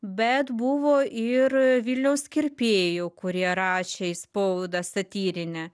bet buvo ir vilniaus kirpėjų kurie rašė į spaudą satyrinę